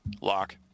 lock